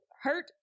hurt